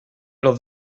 los